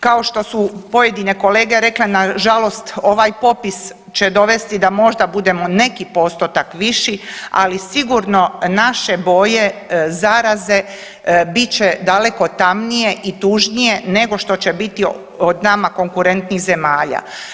Kao što su pojedine kolege rekle, nažalost ovaj popis će dovesti da možda budemo neki postotak viši, ali sigurno naše boje zaraze bit će daleko tamnije i tužnije nego što će biti od nama konkurentnih zemalja.